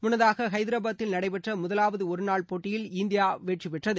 முன்னதாக ஹைதராபாத்தில் நடைபெற்ற முதவாவது ஒருநாள் போட்டியில் இந்தியா வெற்றி பெற்றது